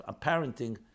parenting